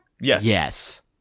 Yes